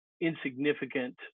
insignificant